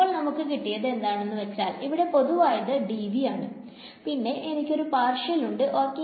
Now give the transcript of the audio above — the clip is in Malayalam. ഇപ്പോൾ നമുക്ക് കിട്ടിയത് എന്താണെന്നു വച്ചാൽ ഇവിടെ പൊതുവായത് dV ആണ് പിന്നെ എനിക്ക് ഒരു പാർഷ്യൽ ഉണ്ട് ok